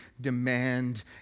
demand